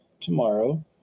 tomorrow